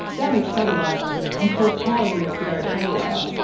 damage satellites and cause power grids to go haywire.